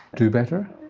do better?